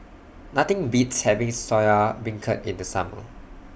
Nothing Beats having Soya Beancurd in The Summer